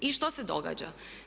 I što se događa?